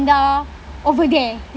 over there